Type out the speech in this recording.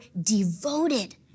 devoted